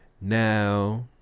Now